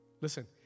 Listen